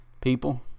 People